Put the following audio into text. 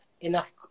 enough